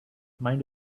mind